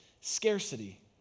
scarcity